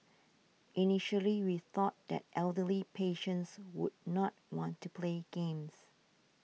initially we thought that elderly patients would not want to play games